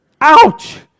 Ouch